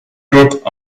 group